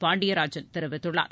பாண்டியராஜன் தெரிவித்துள்ளார்